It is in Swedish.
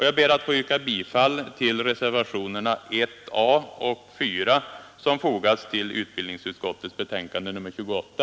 Jag ber att få yrka bifall till reservationerna 1 a och 4 som fogats vid utbildningsutskottets betänkande nr 28.